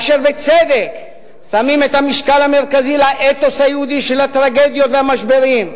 ובצדק שמים את המשקל המרכזי באתוס היהודי של הטרגדיות והמשברים,